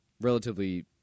relatively